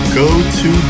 go-to